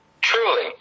truly